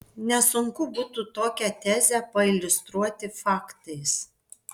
nesunku būtų tokią tezę pailiustruoti faktais